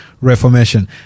reformation